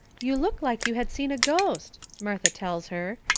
you look like you had seen a ghost, martha tells her.